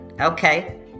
okay